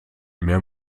mehr